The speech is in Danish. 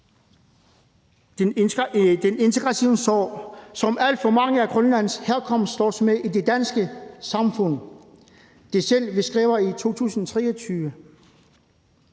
det integrationssår, som alt for mange af grønlandsk herkomst slås med i det danske samfund – det er, selv om